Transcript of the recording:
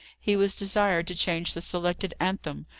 he was desired to change the selected anthem,